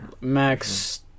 max